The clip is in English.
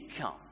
come